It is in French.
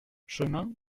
chemin